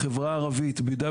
ודאי.